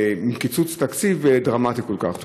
הם לא יוכלו להמשיך בפעילות המבורכת שלהם עם קיצוץ תקציב דרמטי כל כך.